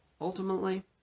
ultimately